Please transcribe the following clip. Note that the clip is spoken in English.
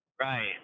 Right